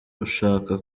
ushaka